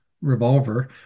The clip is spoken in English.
Revolver